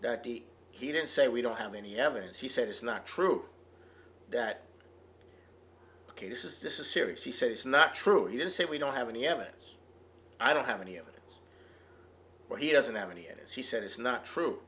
that he didn't say we don't have any evidence he said it's not true that this is this is serious he said it's not true he didn't say we don't have any evidence i don't have any evidence or he doesn't have any it is he said it's not true